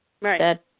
Right